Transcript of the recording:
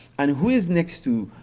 and who is next to